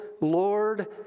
Lord